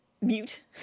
mute